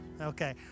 Okay